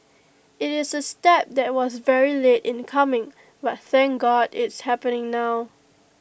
IT is A step that was very late in coming but thank God it's happening now